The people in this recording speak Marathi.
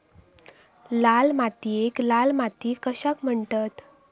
लाल मातीयेक लाल माती कशाक म्हणतत?